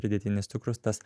pridėtinis cukrus tas